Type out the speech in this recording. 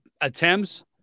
attempts –